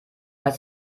was